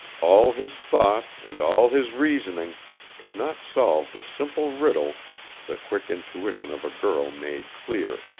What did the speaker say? all his thought and all his reasoning could not solve the simple riddle the quick intuition of a girl made clear.